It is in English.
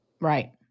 Right